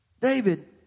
David